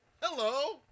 hello